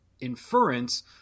inference